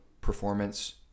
performance